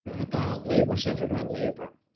about labor, centered on labor.